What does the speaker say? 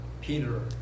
Peter